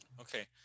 Okay